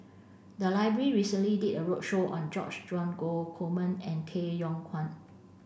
the library recently did a roadshow on George Dromgold Coleman and Tay Yong Kwang